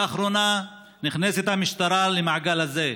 לאחרונה נכנסת המשטרה למעגל הזה.